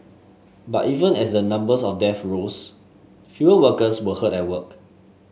but even as the numbers of deaths rose fewer workers were hurt at work